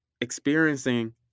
experiencing